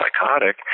psychotic